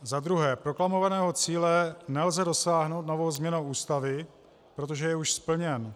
Za druhé, proklamovaného cíle nelze dosáhnout novou změnou Ústavy, protože je už splněn.